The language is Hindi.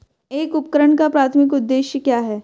एक उपकरण का प्राथमिक उद्देश्य क्या है?